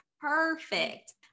perfect